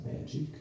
magic